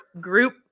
group